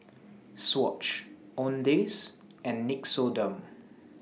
Swatch Owndays and Nixoderm